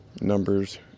Numbers